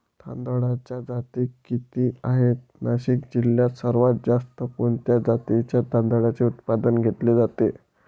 तांदळाच्या जाती किती आहेत, नाशिक जिल्ह्यात सर्वात जास्त कोणत्या जातीच्या तांदळाचे उत्पादन घेतले जाते?